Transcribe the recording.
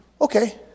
Okay